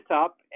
up